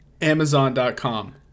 Amazon.com